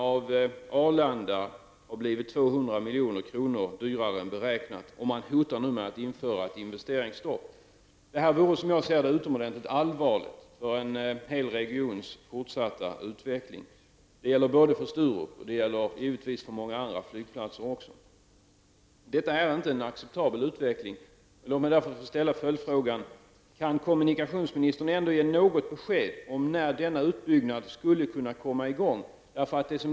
Arlanda har blivit 200 milj.kr. dyrare än beräknat, och man hotar nu med att införa ett investeringsstopp. Det vore, som jag ser det, utomordentligt allvarligt för en hel regions fortsatta utveckling. Det gäller för Sturup, och det gäller givetvis också för många andra flygplatser. Detta är inte en acceptabel utveckling. Låt mig därför ställa följande fråga: Kan kommunikationsministern ge något besked om när denna utbyggnad skulle kunna komma i gång?